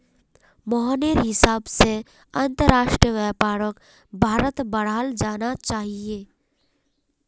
मोहनेर हिसाब से अंतरराष्ट्रीय व्यापारक भारत्त बढ़ाल जाना चाहिए